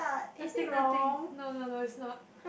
nothing nothing no no no is not